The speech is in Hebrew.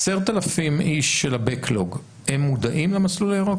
10,000 איש של ה-backlog, הם מודעים למסלול הירוק?